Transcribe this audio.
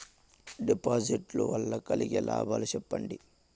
డిపాజిట్లు లు వల్ల కలిగే లాభాలు సెప్పండి?